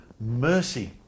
Mercy